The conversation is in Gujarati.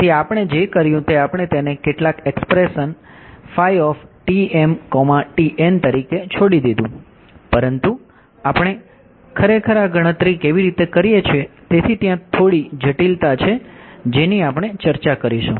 તેથી આપણે જે કર્યું તે આપણે તેને કેટલાક એક્સપ્રેશન તરીકે છોડી દીધું પરંતુ આપણે ખરેખર આ ગણતરી છે જેની આપણે ચર્ચા કરીશું